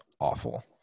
awful